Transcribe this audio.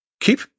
Keep